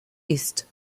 ist